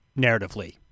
narratively